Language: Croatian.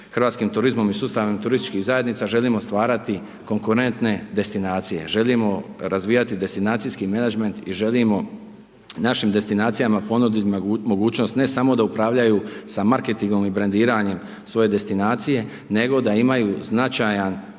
hrvatskim turizmom i sustavno turističkih zajednica, želimo stvarati konkurentne destinacije, želimo razvijati destinacijski menadžment i želimo našim destinacijama ponudit mogućnost ne samo da upravljaju sa marketingom i brendiranjem svoje destinacije, nego da imaju značajan